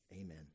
Amen